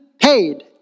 paid